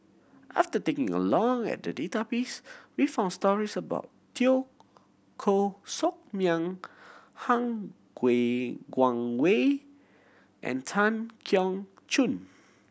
after taking a long at the database we found stories about Teo Koh Sock Miang Han Guangwei and Tan Keong Choon